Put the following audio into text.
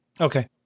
Okay